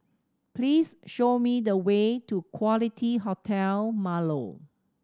please show me the way to Quality Hotel Marlow